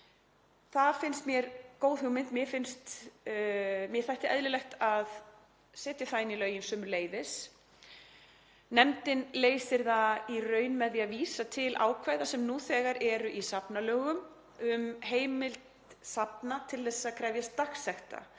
Það finnst mér góð hugmynd. Mér þætti eðlilegt að setja það inn í lögin sömuleiðis. Nefndin leysir það í raun með því að vísa til ákvæða sem nú þegar eru í safnalögum um heimild safna til að krefjast dagsekta